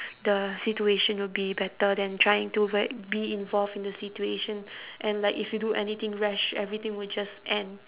the situation will be better than trying to like be involved in the situation and like if you do anything rash everything will just end